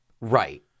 Right